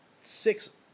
six